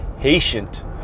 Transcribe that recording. patient